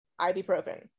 Ibuprofen